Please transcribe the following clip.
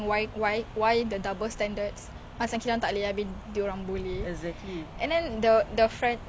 ya like I don't understand err